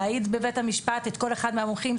להעיד בבית המשפט את כל אחד מהמומחים,